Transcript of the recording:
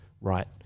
right